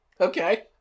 Okay